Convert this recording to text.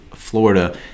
Florida